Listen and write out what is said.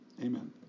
amen